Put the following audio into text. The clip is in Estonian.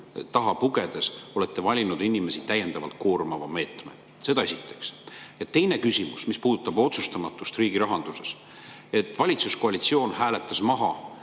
taha pugedes inimesi täiendavalt koormava meetme? Seda esiteks. Teine küsimus puudutab otsustamatust riigi rahanduses. Valitsuskoalitsioon hääletas siin